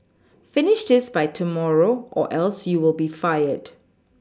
finish this by tomorrow or else you'll be fired